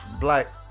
black